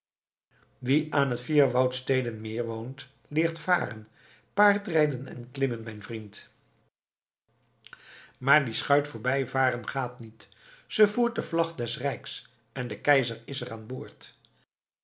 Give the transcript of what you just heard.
wie aan het vier woudsteden meer woont leert varen paardrijden en klimmen mijn vriend maar die schuit voorbijvaren gaat niet ze voert de vlag des rijks en de keizer is er aan boord